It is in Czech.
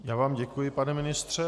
Já vám děkuji, pane ministře.